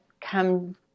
come